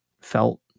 felt